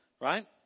right